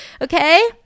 Okay